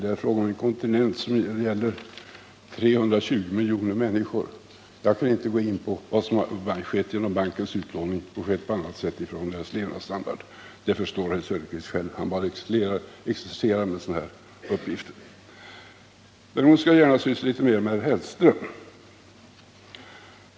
Det är fråga om en kontinent med 320 miljoner människor, och jag kan inte gå in på vad som har skett på grund av bankens utlåning och vad som skett på annat sätt i fråga om deras levnadsstandard. Det förstår herr Söderqvist själv. Han bara exercerar med sådant. Däremot skall jag gärna syssla litet mer med herr Hellström.